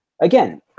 Again